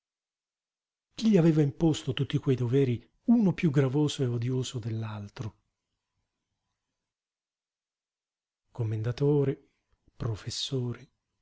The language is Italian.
chi gli aveva imposto tutti quei doveri uno piú gravoso e odioso dell'altro commendatore professore